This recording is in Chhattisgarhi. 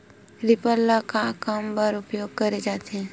रीपर ल का काम बर उपयोग करे जाथे?